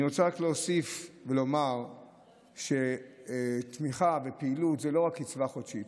אני רוצה רק להוסיף ולומר שתמיכה בפעילות זה לא רק קצבה חודשית,